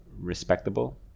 respectable